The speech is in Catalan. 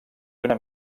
una